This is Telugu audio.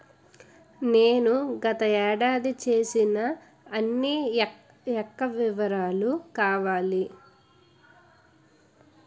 నేను గత ఏడాది చేసిన అన్ని యెక్క వివరాలు కావాలి?